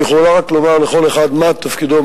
היא יכולה רק לומר לכל אחד מה תפקידו,